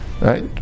Right